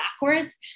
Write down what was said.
backwards